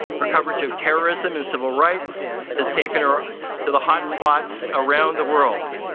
her coverage of terrorism and civil rights has taken her to the hot spots around the world.